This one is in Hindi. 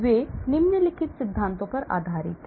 वे निम्नलिखित सिद्धांतों पर आधारित हैं